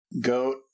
Goat